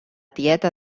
tieta